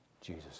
Jesus